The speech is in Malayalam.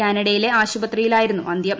കാനഡയിലെ ആശുപത്രിയിലായിരുന്നു അന്ത്യം